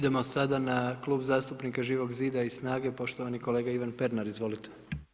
Idemo sada na Klub zastupnika Živog zida i SNAGA-e, poštovani kolega Ivan Pernar, izvolite.